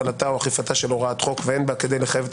הפעלתה או אכיפתה של הוראת חוק ואין בה כדי לחייב את